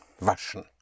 Waschen